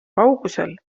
kaugusel